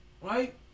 Right